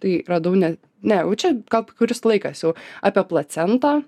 tai radau net ne jau čia kap kuris laikas jau apie placentą